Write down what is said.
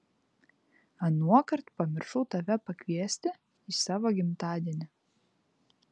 anuokart pamiršau tave pakviesti į savo gimtadienį